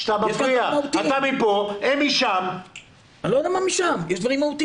לדוגמה, ילד עם מוגבלות.